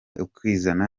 ukizana